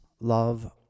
love